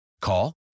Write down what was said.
Call